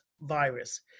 virus